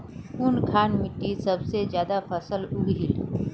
कुनखान मिट्टी सबसे ज्यादा फसल उगहिल?